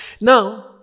Now